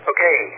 Okay